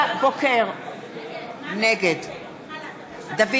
נגד דוד